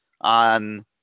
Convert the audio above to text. on